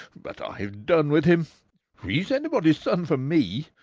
but i have done with him he's anybody's son for me.